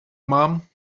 mom